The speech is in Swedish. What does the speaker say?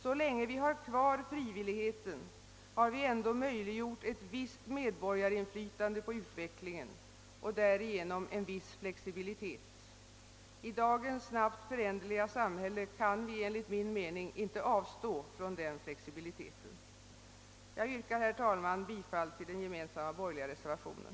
Så länge vi har kvar frivilligheten, har vi ändå möjliggjort ett visst medborgarinflytande på utvecklingen och därigenom en viss flexibilitet. I dagens snabbt föränderliga samhälle kan vi enligt min mening inte avstå från den flexibiliteten. Jag yrkar, herr talman, bifall till den gemensamma borgerliga reservationen.